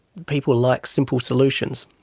people like simple solutions.